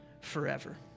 forever